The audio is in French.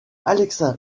alexa